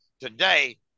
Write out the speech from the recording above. today